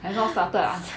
have not started ah